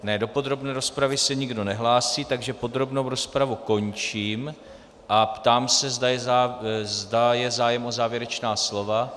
Ne, do podrobné rozpravy se nikdo nehlásí, takže podrobnou rozpravu končím a ptám se, zda je zájem o závěrečná slova.